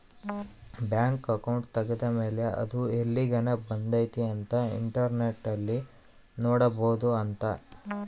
bank account ತೆಗೆದ್ದ ಮೇಲೆ ಅದು ಎಲ್ಲಿಗನ ಬಂದೈತಿ ಅಂತ ಇಂಟರ್ನೆಟ್ ಅಲ್ಲಿ ನೋಡ್ಬೊದು ಅಂತ